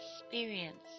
experience